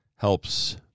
Helps